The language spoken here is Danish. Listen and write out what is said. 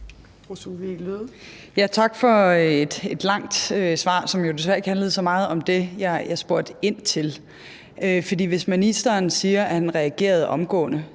Tak for et langt svar, som jo desværre ikke handlede så meget om det, jeg spurgte ind til, for hvis ministeren siger, at han reagerede omgående,